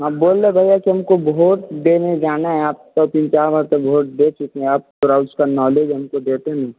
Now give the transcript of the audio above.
हम बोल रहे हैं भैया कि हमको भोट देने जाना है आपको तीन चार बार तो भोट दे चुके हैं आप थोड़ा उसका नॉलेज हमको देते नहीं